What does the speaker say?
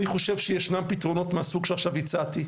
אני חושב שיש פתרונות מהסוג שעכשיו הצעתי,